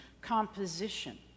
composition